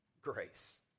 grace